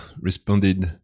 responded